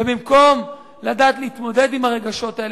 ובמקום לדעת להתמודד עם הרגשות האלה,